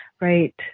right